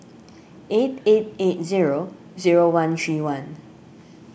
eight eight eight zero zero one three one